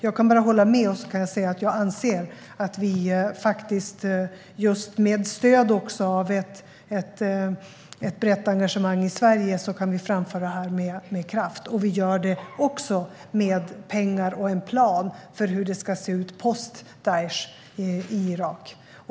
Jag kan bara hålla med och säga att jag anser att vi med stöd av ett brett engagemang i Sverige kan framföra detta med kraft. Vi gör det också med pengar och en plan för hur det ska se ut post-Daish i Irak.